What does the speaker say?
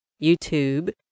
YouTube